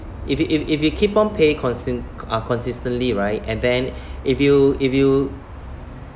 if you if if you keep on pay cons~ uh consistently right and then if you if you